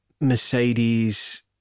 Mercedes